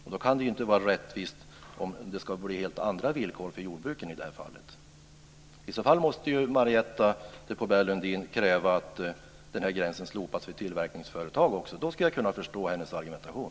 Och då kan det inte vara rättvist om det ska bli helt andra villkor för jordbruken i det här fallet. I så fall måste ju Marietta de Pourbaix-Lundin kräva att gränsen slopas även för tillverkningsföretag. Då skulle jag kunna förstå hennes argumentation.